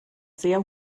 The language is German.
sehr